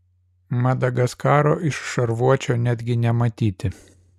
madagaskaro iš šarvuočio netgi nematyti